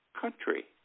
country